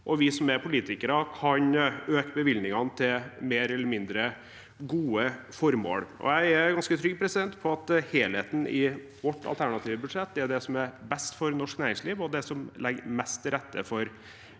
og vi som er politikere, kan øke bevilgningene til mer eller mindre gode formål. Jeg er ganske trygg på at helheten i vårt alternative budsjett er det som er best for norsk næringsliv, og det som legger mest til rette for vekst i